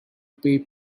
pay